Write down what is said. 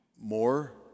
more